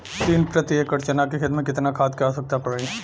तीन प्रति एकड़ चना के खेत मे कितना खाद क आवश्यकता पड़ी?